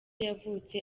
yavutse